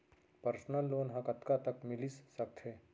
Personal loan ह कतका तक मिलिस सकथे?